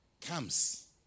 comes